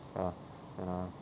ya and err